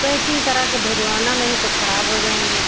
packing करा के भिजवाना नहीं तो खराब हो जाएँगे